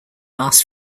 last